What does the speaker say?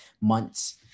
months